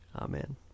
Amen